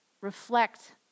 reflect